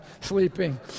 sleeping